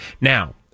now